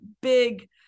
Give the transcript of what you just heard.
big